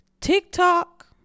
TikTok